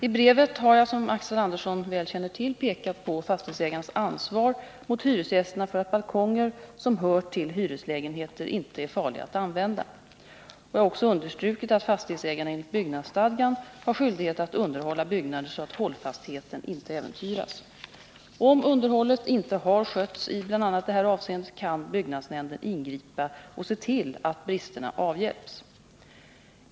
I brevet har jag, som Axel Andersson väl känner till, pekat på fastighetsägarnas ansvar mot hyresgästerna för att balkonger som hör till hyreslägenheter inte är farliga att använda. Jag har också understrukit att fastighetsägarna enligt byggnadsstadgan har skyldighet att underhålla byggnader så att hållfastheten inte äventyras. Om underhållet inte har skötts ibl.a. detta avseende kan byggnadsnämnden ingripa och se till att bristerna avhjälps.